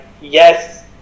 yes